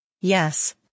Yes